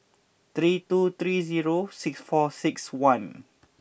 three two three zero six four six one